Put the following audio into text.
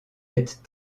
être